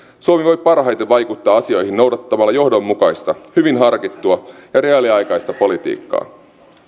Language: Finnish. suomi voi parhaiten vaikuttaa asioihin noudattamalla johdonmukaista hyvin harkittua ja reaaliaikaista politiikkaa